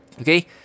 okay